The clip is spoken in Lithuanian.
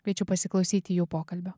kviečiu pasiklausyti jų pokalbio